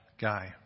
guy